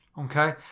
Okay